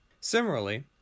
Similarly